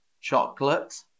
Chocolate